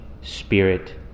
spirit